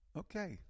okay